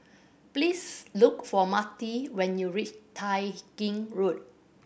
please look for Marti when you reach Tai Gin Road